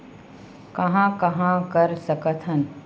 कहां कहां कर सकथन?